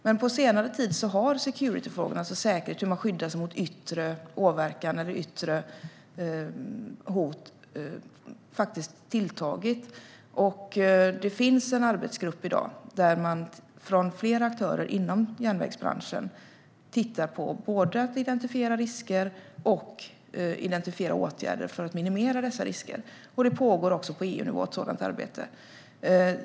Men på senare tid har securityfrågorna, hur man skyddar sig mot yttre åverkan eller yttre hot, faktiskt tilltagit. Det finns i dag en arbetsgrupp där man från flera aktörer inom järnvägsbranschen arbetar med både att identifiera risker och att identifiera åtgärder för att minimera dessa risker. Det pågår också ett sådant arbete på EU-nivå.